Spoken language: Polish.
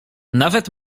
nawet